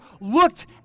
looked